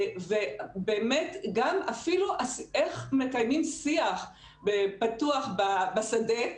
גם אפילו איך מקיימים שיח פתוח בשדה,